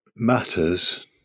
matters